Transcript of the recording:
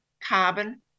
carbon